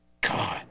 God